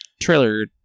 trailer